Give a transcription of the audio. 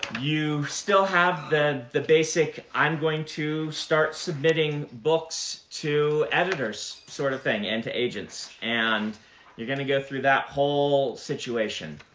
you still have the the basic, i'm going to start submitting books to editors sort of thing, and to agents, and you're going to go through that whole situation.